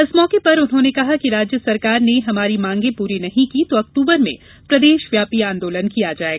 इस मौके पर उन्होंने कहा कि राज्य सरकार ने हमारी मांगें पूरी नहीं की तो अक्टूबर में प्रदेशव्यापी आंदोलन करेंगे